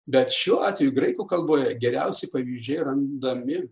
bet šiuo atveju graikų kalboje geriausi pavyzdžiai randami